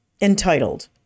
entitled